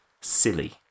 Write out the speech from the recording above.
silly